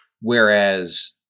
whereas